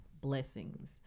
blessings